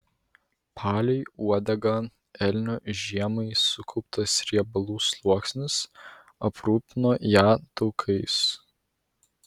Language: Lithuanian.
palei uodegą elnio žiemai sukauptas riebalų sluoksnis aprūpino ją taukais